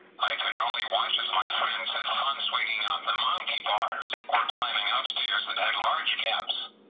i could only watch as my friends have fun swinging on the monkey bars or climbing on stairs that had large gaps.